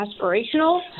aspirational